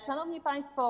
Szanowni Państwo!